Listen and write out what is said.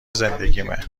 زندگیمه